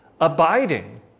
abiding